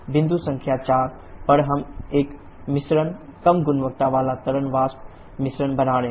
बिंदु संख्या 4 पर हम एक मिश्रण कम गुणवत्ता वाला तरल वाष्प मिश्रण बना रहे हैं